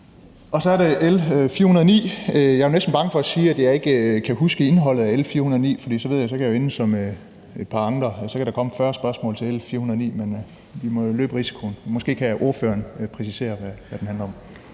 Så er der L 409. Jeg er jo næsten bange for at sige, at jeg ikke kan huske indholdet af L 409, for så ved jeg jo, at jeg kan ende, som et par andre er endt, og så kan der komme 40 spørgsmål til L 409, men vi må jo løbe risikoen. Måske kan spørgeren præcisere, hvad den handler om.